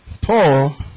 Paul